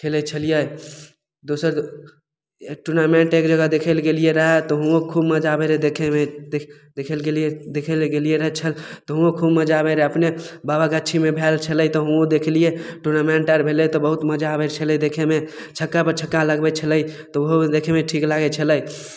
खेलैत छलियै दोसर टूर्नामेन्ट एक जगह देखे लए गेलियै रहए तऽ हुओँ खूब मजा आबैत रहै देखेमे देखै लए गेलियै देखैलए गेलियै रहए अच्छा तऽ ओहो खूब मजा आबैत रहै अपने बाबा गाछीमे भेल छलै तऽ ओहो देखलियै टूर्नामेन्टआर भेलै तऽ बहुत मजा आबैत छलै देखेमे छक्कापर छक्का लगबै छलै तऽ उहो भी देखैमे ठीक लागै छलै